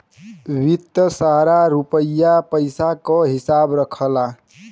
वित्त सारा रुपिया पइसा क हिसाब रखला